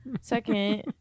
Second